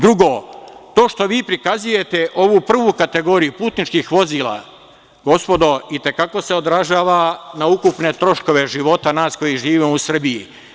Drugo, to što vi prikazujete ovu prvu kategoriju putničkih vozila, gospodo i te kako se odražava na ukupne troškove života nas koji živimo u Srbiji.